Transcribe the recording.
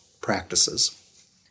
practices